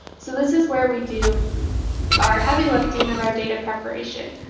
so this is where we do our heavy lifting of our data preparation.